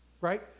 right